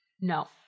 no